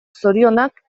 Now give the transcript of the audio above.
zorionak